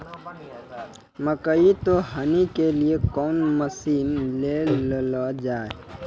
मकई तो हनी के लिए कौन मसीन ले लो जाए?